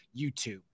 YouTube